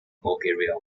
bulgaria